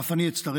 אף אני אצטרף